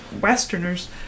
Westerners